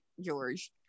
George